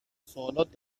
سوالات